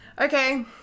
okay